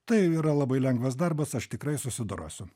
tai yra labai lengvas darbas aš tikrai susidorosiu